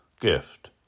gift